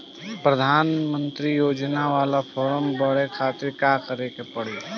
प्रधानमंत्री योजना बाला फर्म बड़े खाति का का करे के पड़ी?